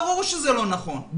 ברור שזה לא נכון,